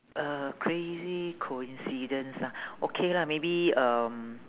a crazy coincidence ah okay lah maybe um